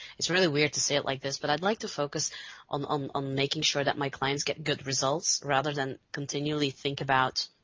really weird to say it like this but iid like to focus on um on making sure that my clients get good results rather than continually think about,